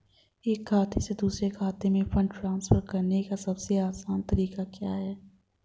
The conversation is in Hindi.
एक खाते से दूसरे खाते में फंड ट्रांसफर करने का सबसे आसान तरीका क्या है?